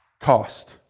Cost